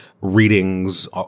readings